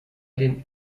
den